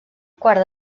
quart